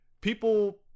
people